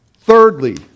Thirdly